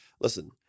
Listen